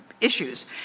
issues